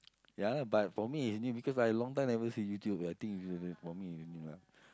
ya lah but for me it's new because I long time never see YouTube ah I think you new for me new new ah